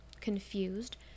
confused